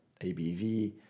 ABV